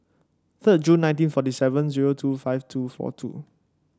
third June nineteen forty even zero two five two four two